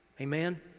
amen